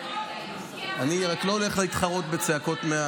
אני רק לא הולך להתחרות בצעקות,